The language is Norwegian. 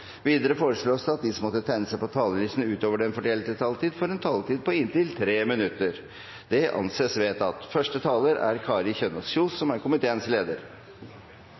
Videre foreslås det at de som måtte tegne seg på talerlisten utover den fordelte taletid, får en taletid på inntil 3 minutter. – Det anses vedtatt.